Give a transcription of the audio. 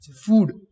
Food